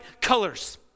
colors